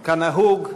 כנהוג,